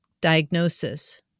diagnosis